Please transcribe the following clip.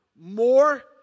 More